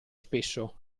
spesso